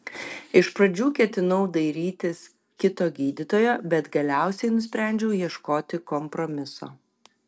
iš pradžių ketinau dairytis kito gydytojo bet galiausiai nusprendžiau ieškoti kompromiso